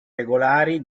regolari